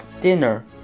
dinner